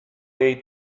jej